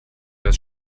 das